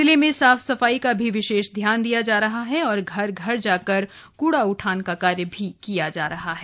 जिले में साफ सफाई का भी विशेष ध्यान दिया जा रहा है और घर घर जाकर कूड़ा उठान का भी कार्य किया जा रहा है